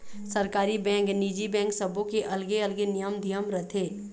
सरकारी बेंक, निजी बेंक सबो के अलगे अलगे नियम धियम रथे